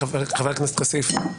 חבר הכנסת כסיף,